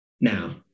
now